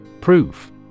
Proof